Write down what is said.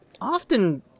often